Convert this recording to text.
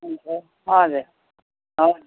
हजुर हवस्